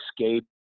escape